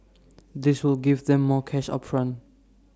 this will give them more cash up front